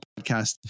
podcast